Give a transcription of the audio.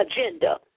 agenda